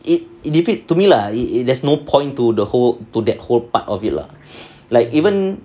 it it defeat to me lah it there's no point to the whole to that whole part of it lah like even